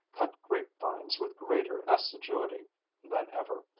cut grapevines with greater assiduity than ever,